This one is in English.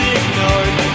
ignored